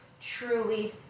truly